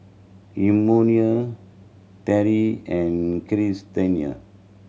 Emmanuel Teri and Krystina